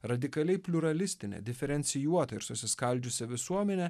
radikaliai pliuralistine diferencijuota ir susiskaldžiusia visuomene